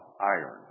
iron